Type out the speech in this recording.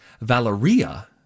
Valeria